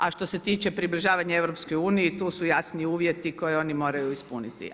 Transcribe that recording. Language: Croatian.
A što se tiče približavanja EU tu su jasni uvjeti koje oni moraju ispuniti.